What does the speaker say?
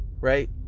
right